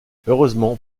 heureusement